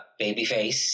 Babyface